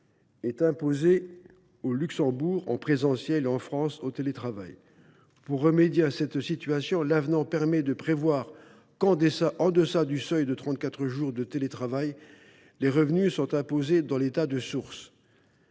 est imposé au Luxembourg en présentiel et en France en télétravail. Pour remédier à cette situation, l’avenant permet de prévoir qu’en deçà du seuil de 34 jours de télétravail les revenus sont imposés dans l’État de source.